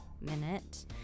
minute